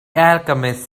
alchemists